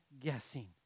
guessing